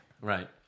right